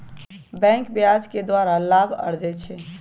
बैंके ब्याज के द्वारा लाभ अरजै छै